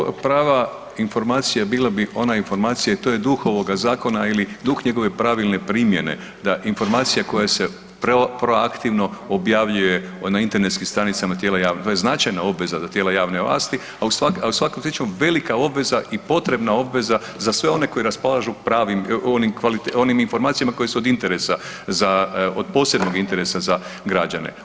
Pa ja bih prava informacija bila bi ona informacija, to je duh ovoga zakona ili duh njegove pravilne primjene da informacija koja se proaktivno objavljuje na internetskih stranicama tijela javne, to je značajna obveza za tijela javne vlasti a ... velika obveza i potrebna obveza za sve one koji raspolažu pravi, onim informacijama koje su od interesa, od posebnog interesa za građane.